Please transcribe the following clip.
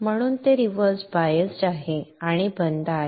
म्हणून ते reverse biased आहे आणि बंद आहे